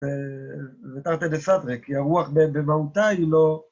זה תרתי דסתרי, כי הרוח במהותה היא לא...